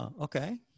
okay